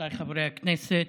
רבותיי חברי הכנסת,